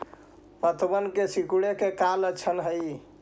पत्तबन के सिकुड़े के का लक्षण हई?